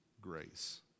grace